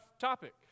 topic